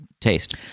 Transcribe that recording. taste